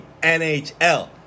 NHL